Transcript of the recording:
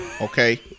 Okay